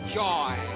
joy